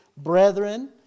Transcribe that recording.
Brethren